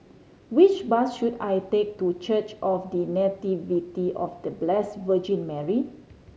which bus should I take to Church of The Nativity of The Blessed Virgin Mary